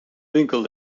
winkel